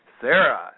Sarah